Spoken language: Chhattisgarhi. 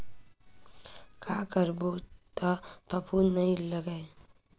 का करबो त फफूंद नहीं लगय?